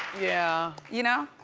yeah. you know?